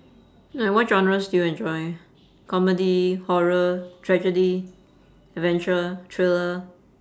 like what genres do you enjoy comedy horror tragedy adventure thriller